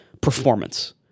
performance